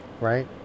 right